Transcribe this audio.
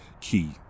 key